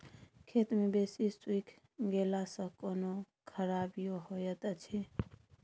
खेत मे बेसी सुइख गेला सॅ कोनो खराबीयो होयत अछि?